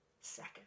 second